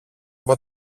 από